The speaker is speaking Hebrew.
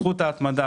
בזכות ההתמדה,